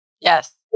Yes